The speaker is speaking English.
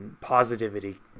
positivity